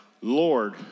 Lord